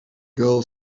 girl